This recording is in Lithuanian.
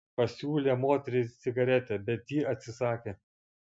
pasiūlė moteriai cigaretę bet ji atsisakė